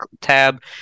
tab